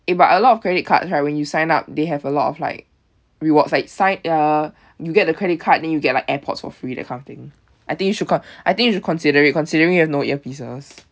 eh but a lot of credit cards right when you sign up they have a lot of like rewards like sign uh you get the credit card then you get like Airpods for free that kind of thing I think you should con~ I think you should consider it considering you have no earpieces